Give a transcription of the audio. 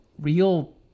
real